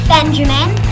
Benjamin